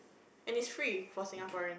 and it's free for Singaporean